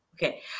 Okay